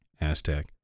Aztec